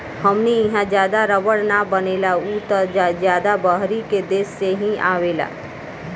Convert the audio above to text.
हमनी इहा ज्यादा रबड़ ना बनेला उ त ज्यादा बहरी के देश से ही आवेला